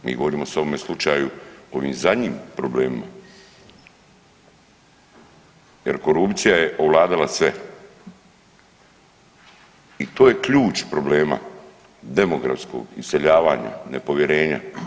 Mi govorimo o ovome slučaju ovim zadnjim problemima jer korupcija je ovladala sve i to je ključ problema, demografskog iseljavanja, nepovjerenja.